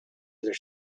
other